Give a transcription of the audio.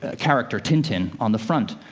ah character, tintin, on the front.